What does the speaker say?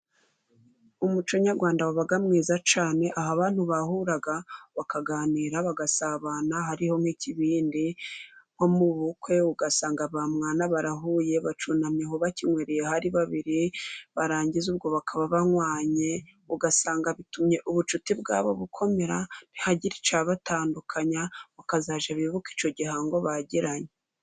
Umuco nyarwanda wabaga mwiza cyane aho abantu bahuraga bakaganira, bagasabana hariho nk' ikibindi nko mu bukwe ugasanga ba mwana barahuye bacyunamyeho bakinywereyeho ari babiri ,barangiza ubwo bakaba banywanye ugasanga bitumye ubucuti bwabo bukomera, ntihagire icyabatandukanya bakazajya bibuka icyo gihango bagiranye.